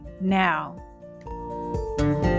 now